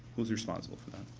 who is responsible for that?